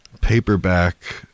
Paperback